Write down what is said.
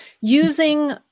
using